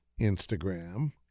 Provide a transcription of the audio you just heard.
Instagram